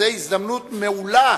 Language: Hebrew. זו הזדמנות מעולה